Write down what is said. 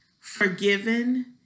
forgiven